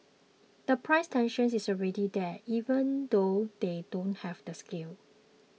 the price tension is already there even though they don't have the scale